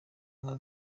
nka